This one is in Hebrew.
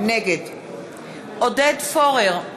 נגד עודד פורר,